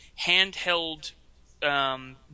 handheld